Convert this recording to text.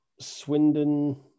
Swindon